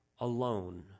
alone